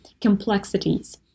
complexities